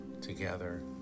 together